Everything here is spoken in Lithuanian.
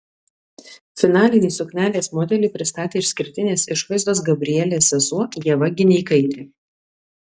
finalinį suknelės modelį pristatė išskirtinės išvaizdos gabrielės sesuo ieva gineikaitė